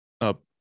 up